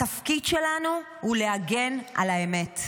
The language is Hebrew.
התפקיד שלנו הוא להגן על האמת.